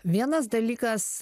vienas dalykas